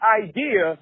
idea